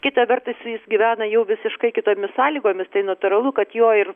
kita vertus jis gyvena jau visiškai kitomis sąlygomis tai natūralu kad jo ir